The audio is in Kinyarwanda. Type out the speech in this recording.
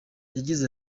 yagize